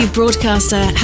broadcaster